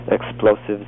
explosives